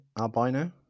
albino